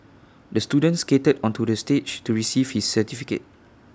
the student skated onto the stage to receive his certificate